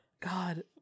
God